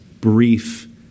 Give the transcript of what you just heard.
brief